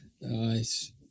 Nice